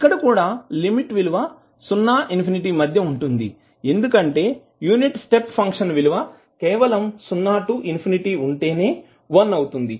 ఇక్కడ కూడా లిమిట్ విలువ సున్నా ఇన్ఫినిటీ మధ్య ఉంటుంది ఎందుకంటే యూనిట్ స్టెప్ ఫంక్షన్ విలువ కేవలం 0 టూ ఇన్ఫినిటీ ఉంటేనే 1 అవుతుంది